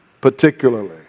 particularly